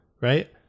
right